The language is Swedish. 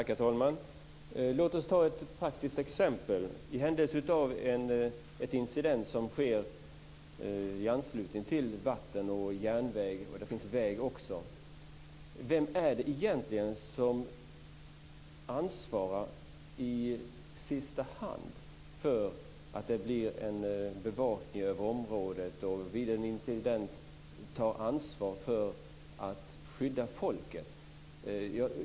Herr talman! Låt oss ta ett praktiskt exempel. Om en incident sker i anslutning till vatten och järnväg, och där det också finns väg, vem är det som i sista hand ansvarar för att det blir en bevakning över området och som tar ansvar för att skydda folket?